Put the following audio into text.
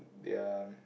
ya